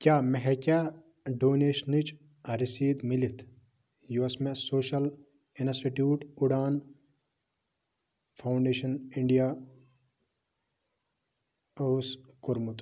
کیٛاہ مےٚ ہیکیٛاہ ڈونیشنٕچ رٔسیٖد میٖلِتھ یۄس مےٚ social institute Udaan foundation India اوس کوٚرمُت